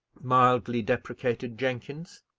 mildly deprecated jenkins.